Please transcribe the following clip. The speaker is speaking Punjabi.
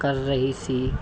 ਕਰ ਰਹੀ ਸੀ